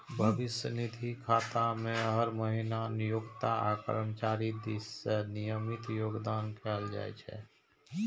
भविष्य निधि खाता मे हर महीना नियोक्ता आ कर्मचारी दिस सं नियमित योगदान कैल जाइ छै